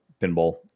pinball